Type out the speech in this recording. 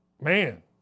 man